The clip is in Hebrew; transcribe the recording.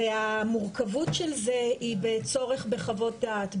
המורכבות של זה היא בצורך בחוות דעת.